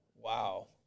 Wow